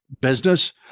business